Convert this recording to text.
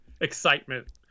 excitement